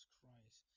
Christ